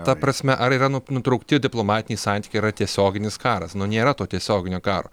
ta prasme ar yra nutraukti diplomatiniai santykiai yra tiesioginis karas nėra to tiesioginio karo